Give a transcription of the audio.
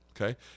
okay